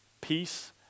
peace